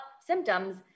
symptoms